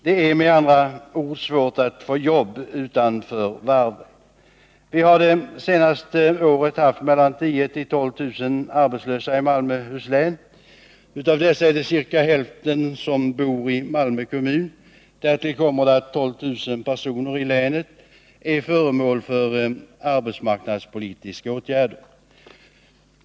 Det är med andra ord svårt att få jobb utanför varvet. Vi har det senaste året haft mellan 10 000 och 12 000 arbetslösa i Malmöhus län. Av dessa bor ca hälften i Malmö kommun. Därtill kommer att 12 000 personer är föremål för arbetsmarknadspolitiska åtgärder.